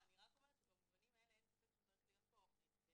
אני רק אומרת שבמובנים האלה אין ספק שצריכה להיות פה באמת